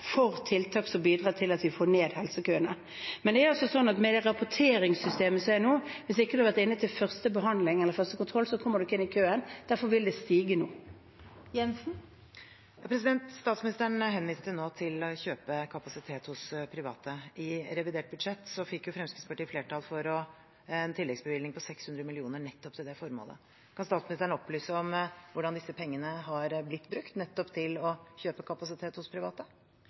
for tiltak som bidrar til at vi får ned helsekøene. Men med det rapporteringssystemet som er nå, kommer man ikke inn i køen hvis man ikke har vært inne til første behandling eller første kontroll, derfor vil det stige nå. Siv Jensen – til oppfølgingsspørsmål. Statsministeren henviste nå til å kjøpe kapasitet hos private. I revidert budsjett fikk Fremskrittspartiet flertall for en tilleggsbevilgning på 600 mill. kr til nettopp det formålet. Kan statsministeren opplyse om hvordan disse pengene har blitt brukt nettopp til å kjøpe kapasitet hos private?